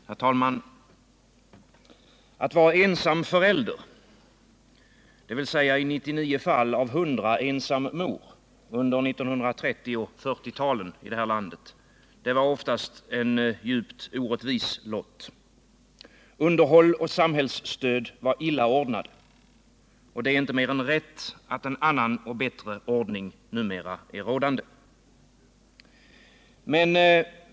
Herr talman! Att vara ensam förälder, dvs. i 99 fall av 100 ensam mor, under 1930 och 1940-talen i det här landet var oftast en djupt orättvis lott. Underhåll och samhällsstöd var illa ordnade. Och det är inte mer än rätt att en annan och bättre ordning numera råder.